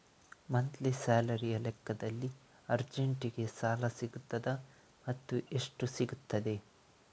Monthly ಸ್ಯಾಲರಿಯ ಲೆಕ್ಕದಲ್ಲಿ ಅರ್ಜೆಂಟಿಗೆ ಸಾಲ ಸಿಗುತ್ತದಾ ಮತ್ತುಎಷ್ಟು ಸಿಗುತ್ತದೆ?